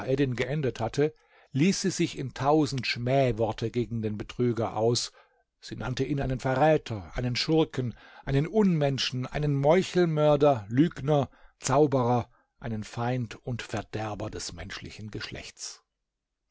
alaeddin geendet hatte ließ sie sich in tausend schmähworte gegen den betrüger aus sie nannte ihn einen verräter einen schurken einen unmenschen einen meuchelmörder lügner zauberer einen feind und verderber des menschlichen geschlechts